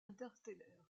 interstellaire